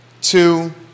two